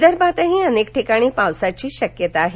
विदर्भातही अनेक ठिकाणी पावसाची शक्यता आहे